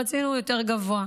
רצינו יותר גבוה.